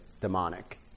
demonic